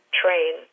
train